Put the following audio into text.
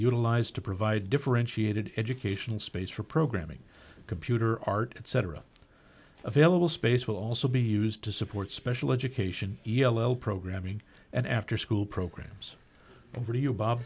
utilized to provide differentiated educational space for programming computer art etc available space will also be used to support special education yellow programming and afterschool programs for you bob